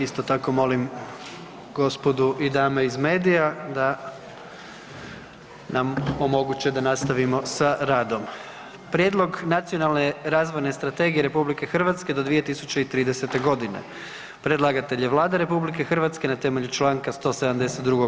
Isto tako molim gospodu i dame iz medija da nam omoguće da nastavimo sa radom. - Prijedlog Nacionalne razvojne strategije RH do 2030.g. Predlagatelj je Vlada RH na temelju čl. čl. 172.